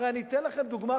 הרי אני אתן לכם דוגמה,